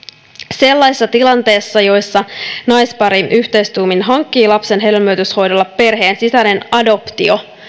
sellaisessa tilanteessa jossa naispari yhteistuumin hankkii lapsen hedelmöityshoidolla perheen sisäinen adoptio